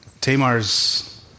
Tamar's